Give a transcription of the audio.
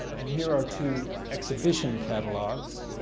and here are two exhibition catalogs.